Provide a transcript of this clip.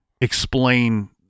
explain